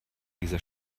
dieser